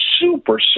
super